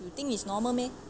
you think it's normal meh